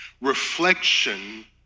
Reflection